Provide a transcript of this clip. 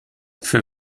für